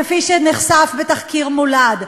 כפי שנחשף בתחקיר "מולד"?